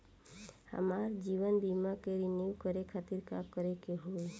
हमार जीवन बीमा के रिन्यू करे खातिर का करे के होई?